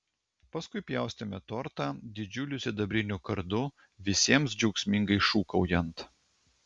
paskui pjaustėme tortą didžiuliu sidabriniu kardu visiems džiaugsmingai šūkaujant